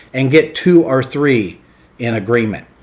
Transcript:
and get two or three in agreement.